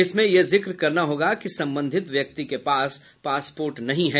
इसमें यह जिक्र करना होगा कि संबंधित व्यक्ति के पास पासपोर्ट नहीं है